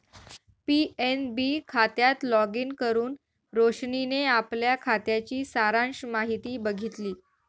PNB खात्यात login करुन रोशनीने आपल्या खात्याची सारांश माहिती बघितली